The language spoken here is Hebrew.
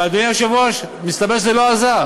אבל, אדוני היושב-ראש, מסתבר שזה לא עזר.